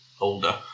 older